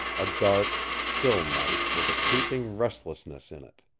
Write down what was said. a dark, still night with a creeping restlessness in it.